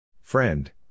Friend